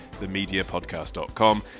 themediapodcast.com